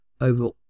over